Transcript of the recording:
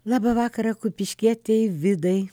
labą vakarą kupiškietei vidai